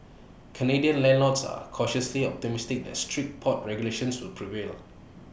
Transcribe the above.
Canadian landlords are cautiously optimistic that strict pot regulations will prevail